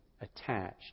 attached